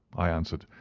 i answered,